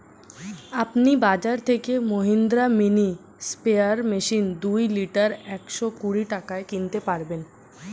আপনি বাজর থেকে মহিন্দ্রা মিনি স্প্রেয়ার মেশিন দুই লিটার একশো কুড়ি টাকায় কিনতে পারবেন